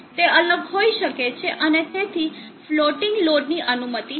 તે અલગ હોઈ શકે છે અને તેથી ફ્લોટિંગ લોડની અનુમતિ છે